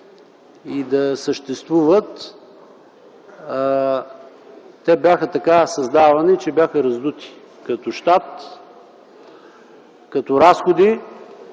и да съществуват, те бяха така създавани, че бяха раздути като щат и разходи.